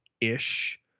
ish